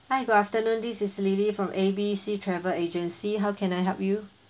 hi good afternoon this is lily from A B C travel agency how can I help you